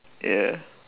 ya